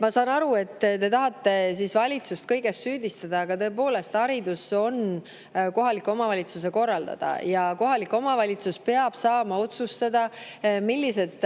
Ma saan aru, et te tahate valitsust kõiges süüdistada, aga tõepoolest, haridus on kohaliku omavalitsuse korraldada ja kohalik omavalitsus peab saama otsustada, millised